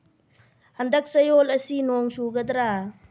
ꯍꯟꯗꯛ ꯆꯌꯣꯜ ꯑꯁꯤ ꯅꯣꯡ ꯆꯨꯒꯗ꯭ꯔꯥ